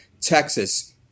Texas